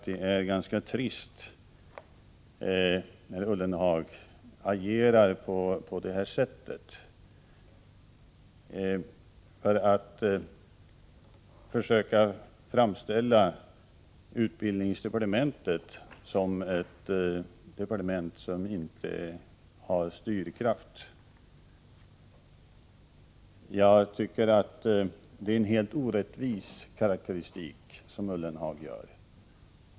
Det är ganska trist att Ullenhag agerar på detta sätt för att försöka framställa utbildningsdepartementet som ett departement som inte har styrkraft. Det är en orättvis karakteristik som Ullenhag gör.